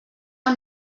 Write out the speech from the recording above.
amb